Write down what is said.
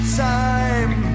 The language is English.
time